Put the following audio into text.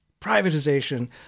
privatization